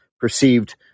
perceived